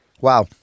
Wow